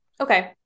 Okay